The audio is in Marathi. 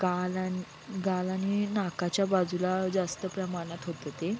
गाल आणि गाल आणि नाकाच्या बाजूला जास्त प्रमाणात होतं ते